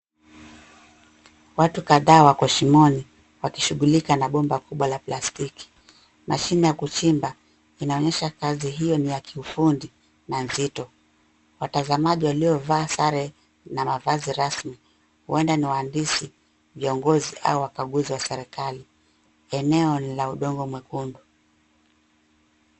Watu kadhaa wako shimoni wakishughulika na bomba kubwa la plastiki. Mashini ya kuchimba inaonyesha kazi iyo ni ya kiufundi na zito. Watazamaji waliovaa sare na mavazi rasmi, hueda ni waandisi, viongozi au wakaguzi wa serikali. Eneo ni la udongo mwekundu.